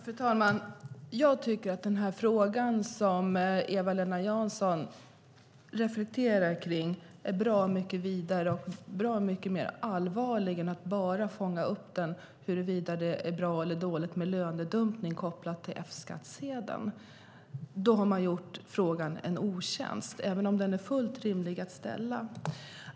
Fru talman! Jag tycker att den fråga som Eva-Lena Jansson reflekterar kring är bra mycket vidare och allvarligare än huruvida det är bra eller dåligt med lönedumpning kopplat till F-skattsedeln. Då har man gjort frågan en otjänst, även om den är fullt rimlig att ställa.